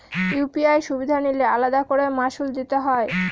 UPI সুবিধা নিলে আলাদা করে মাসুল দিতে হয়?